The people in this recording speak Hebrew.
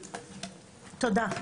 כן,